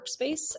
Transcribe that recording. workspace